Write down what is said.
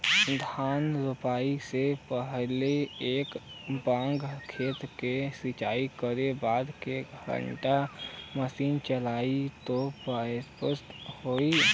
धान रोपाई से पहिले एक बिघा खेत के सिंचाई करे बदे क घंटा मशीन चली तू पर्याप्त होई?